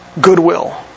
goodwill